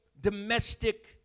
domestic